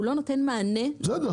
הוא לא נותן מענה --- בסדר,